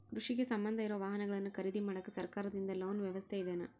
ಕೃಷಿಗೆ ಸಂಬಂಧ ಇರೊ ವಾಹನಗಳನ್ನು ಖರೇದಿ ಮಾಡಾಕ ಸರಕಾರದಿಂದ ಲೋನ್ ವ್ಯವಸ್ಥೆ ಇದೆನಾ?